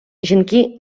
жінки